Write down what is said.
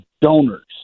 donors